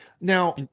Now